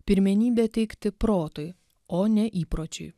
pirmenybę teikti protui o ne įpročiui